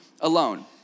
alone